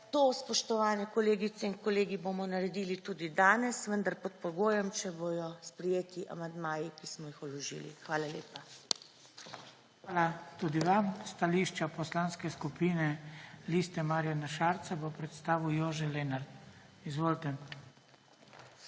To, spoštovane kolegice in kolegi, bomo naredili tudi danes, vendar pod pogojem, če bo sprejeti amandmaji, ki so jih vložili. Hvala lepa. PODPREDSEDNIK BRANKO SIMONOVIČ: Hvala tudi vam. Stališče Poslanske skupine Liste Marjana Šarca bo predstavil Jože Lenart. Izvolite.